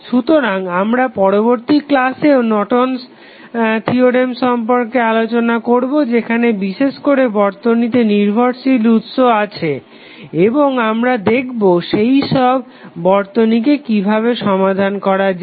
সুতরাং আমরা পরবর্তী ক্লাসেও নর্টন'স থিওরেম Nortons theorem সম্পর্কে আলোচনা করবো যেখানে বিশেষ করে বর্তনীতে নির্ভরশীল উৎস আছে এবং আমরা দেখবো সেই সব বর্তনীকে কিভাবে সমাধান করা যায়